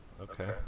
Okay